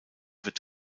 wird